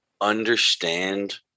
understand